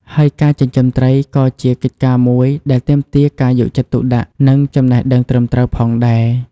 ហើយការចិញ្ចឹមត្រី ក៏ជាកិច្ចការមួយដែលទាមទារការយកចិត្តទុកដាក់ និងចំណេះដឹងត្រឹមត្រូវផងដែរ។